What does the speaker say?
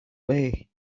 way